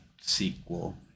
sequel